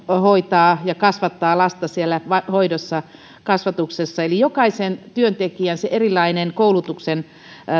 hoitaa ja kasvattaa lasta siellä hoidossa kasvatuksessa eli jokaisen työntekijän erilainen koulutuksen